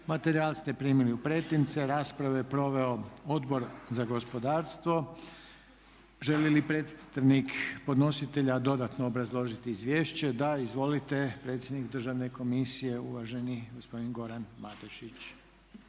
Materijal ste primili u pretince. Raspravu je proveo Odbor za gospodarstvo. Želi li predstavnik podnositelja dodatno obrazložiti izvješće? Da. Izvolite, predsjednik Državne komisije uvaženi gospodin Goran Matešić.